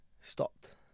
stopped